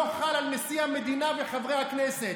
לא חל על נשיא המדינה וחברי הכנסת.